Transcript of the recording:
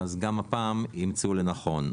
גם הפעם ימצאו לנכון.